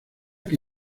que